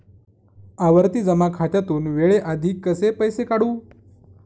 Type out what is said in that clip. आवर्ती जमा खात्यातून वेळेआधी कसे पैसे काढू?